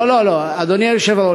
לא לא לא, אדוני היושב-ראש,